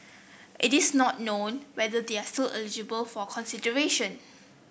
it is not known whether they are still eligible for consideration